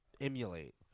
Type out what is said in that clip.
emulate